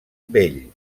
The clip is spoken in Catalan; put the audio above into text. vell